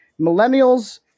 millennials